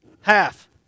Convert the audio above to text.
Half